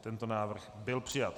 Tento návrh byl přijat.